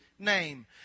name